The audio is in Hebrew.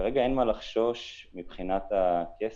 כרגע אין מה לחשוש מבחינת הכסף,